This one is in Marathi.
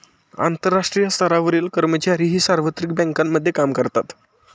आंतरराष्ट्रीय स्तरावरील कर्मचारीही सार्वत्रिक बँकांमध्ये काम करतात